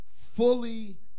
Fully